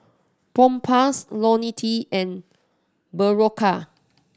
Propass Ionil T and Berocca